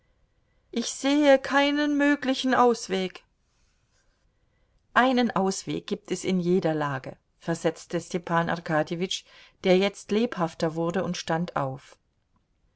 ich sehe keinen möglichen ausweg einen ausweg gibt es in jeder lage versetzte stepan arkadjewitsch der jetzt lebhafter wurde und stand auf